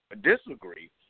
disagree